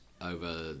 over